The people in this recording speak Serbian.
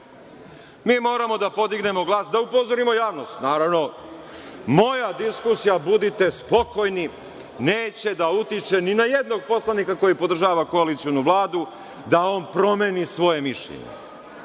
Mi moramo da podignemo glas, sa upozorimo javnost. Naravno, moja diskusija, budite spokojni, neće da utiče ni na jednog poslanika koji podržava koalicionu Vladu da on promeni svoje mišljenje.